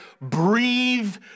breathe